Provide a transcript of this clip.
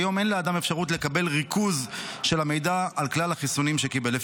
כיום אין לאדם אפשרות לקבל ריכוז של המידע על כלל החיסונים שקיבל.